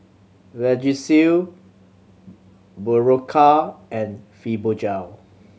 Vagisil Berocca and Fibogel